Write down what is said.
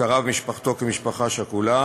הכרה במשפחתו כמשפחה שכול,